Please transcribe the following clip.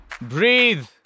Breathe